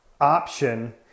option